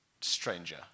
stranger